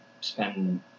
spend